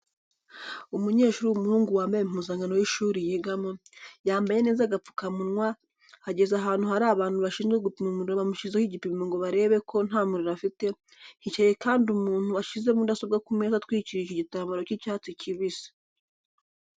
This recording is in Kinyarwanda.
Umunyeshuri w'umuhungu wambaye impuzankano y'ishuri yigamo, yambaye neza agapfukamunwa ageze ahantu hari abantu bashinzwe gupima umuriro bamushyizeho igipimo ngo barebe ko nta muriro afite, hicaye kandi umuntu washyize mudasobwa ku meza atwikirije igitambaro cy'icyatsi kibisi.